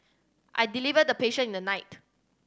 I delivered the patient in the night